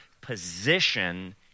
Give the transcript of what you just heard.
position